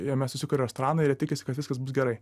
jame susikuria restoranai ir jie tikisi kad viskas bus gerai